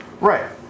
Right